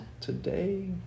today